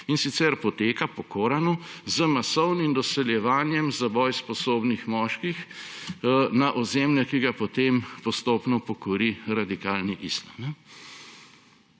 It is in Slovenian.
in sicer poteka po Koranu z masovnim doseljevanjem za boj sposobnih moških na ozemlja, ki ga potem postopno pokori radikalni islam.